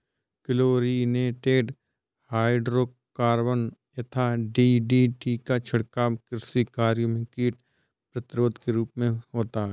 chlorinated hydrocarbon यथा DDT का छिड़काव कृषि कार्य में कीट प्रतिरोधी के रूप में होता है